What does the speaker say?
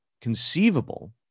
conceivable